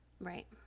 Right